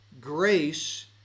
grace